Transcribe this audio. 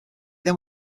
then